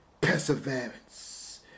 perseverance